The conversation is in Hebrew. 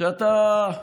שאתה,